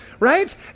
right